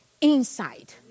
inside